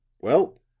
well?